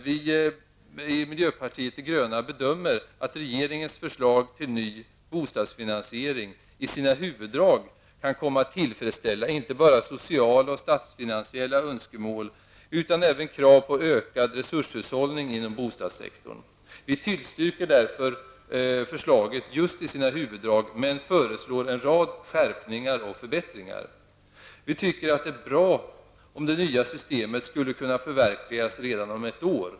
Vi i miljöpartiet de gröna bedömer att regeringens förslag till ny bostadsfinansiering i sina huvuddrag kan komma att tillfredsställa inte bara sociala och statsfinansiella önskemål utan även krav på ökad resurshushållning inom bostadssektorn. Vi tillstyrker därför förslaget just i dess huvuddrag men föreslår en rad skärpningar och förbättringar. Vi tycker att det är bra om det nya systemet skulle kunna förverkligas redan om ett år.